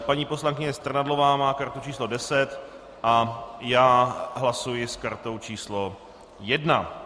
Paní poslankyně Strnadlová má kartu číslo 10 a já hlasuji s kartou číslo 1.